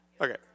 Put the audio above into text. Okay